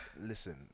Listen